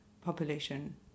population